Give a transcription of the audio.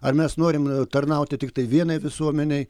ar mes norim tarnauti tiktai vienai visuomenei